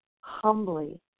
humbly